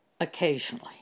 occasionally